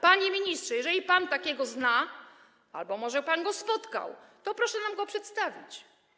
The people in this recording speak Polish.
Panie ministrze, jeżeli pan takiego zna albo może pan go spotkał, to proszę nam go przedstawić.